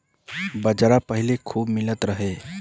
बाजरा पहिले खूबे मिलत रहे